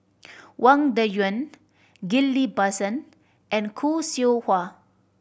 Wang Dayuan Ghillie Basan and Khoo Seow Hwa